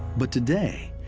but today,